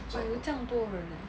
but 有这样多人 eh